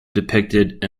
depicted